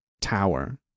tower